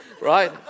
right